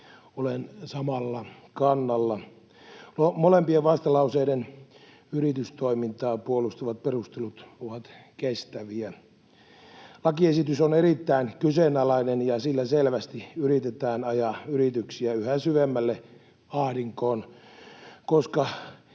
Olen samalla kannalla. No, molempien vastalauseiden yritystoimintaa puolustavat perustelut ovat kestäviä. Lakiesitys on erittäin kyseenalainen, ja sillä selvästi yritetään ajaa yrityksiä yhä syvemmälle ahdinkoon, koska